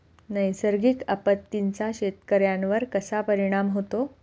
नैसर्गिक आपत्तींचा शेतकऱ्यांवर कसा परिणाम होतो?